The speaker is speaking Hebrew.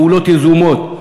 בפעולות יזומות.